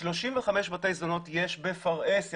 35 בתי זונות יש בפרהסיה,